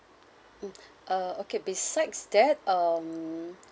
mm uh okay besides that um